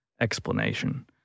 explanation